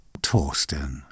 Torsten